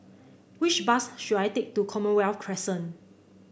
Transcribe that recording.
which bus should I take to Commonwealth Crescent